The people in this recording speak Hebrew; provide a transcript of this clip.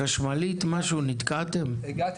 מול ההתחייבות של הממשלה לאותם 30% בתוך עשר שנים.